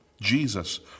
Jesus